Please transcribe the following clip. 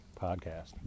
podcast